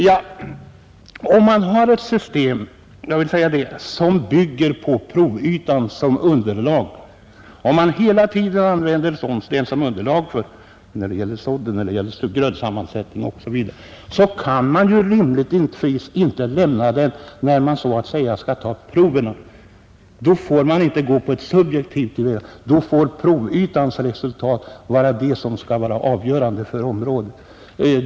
Men om man har ett system som bygger på provytan och man hela tiden använder den som underlag — när det gäller sådd, när det gäller grödans sammansättning osv. — kan man rimligtvis inte lämna den när man så att säga skall ta proverna. Då får man inte gå subjektivt till väga, då måste provytans resultat vara avgörande för området.